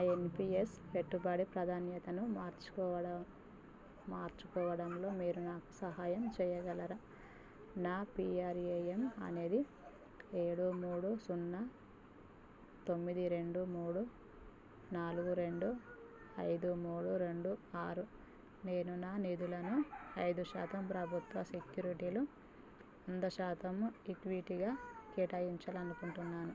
నా ఎన్పీఎస్ పెట్టుబడి ప్రాధాన్యతను మార్చుకోవడం మార్చుకోవడంలో మీరు నాకు సహాయం చెయ్యగలరా నా పీఆర్ఏఎమ్ అనేది ఏడు మూడు సున్నా తొమ్మిది రెండు మూడు నాలుగు రెండు ఐదు మూడు రెండు ఆరు నేను నా నిధులను ఐదు శాతం ప్రభుత్వ సెక్యూరిటీలు వంద శాతం ఈక్విటీగా కేటాయించాలనుకుంటున్నాను